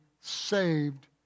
saved